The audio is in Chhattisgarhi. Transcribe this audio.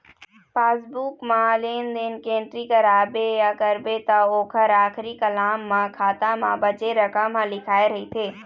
पासबूक म लेन देन के एंटरी कराबे या करबे त ओखर आखरी कालम म खाता म बाचे रकम ह लिखाए रहिथे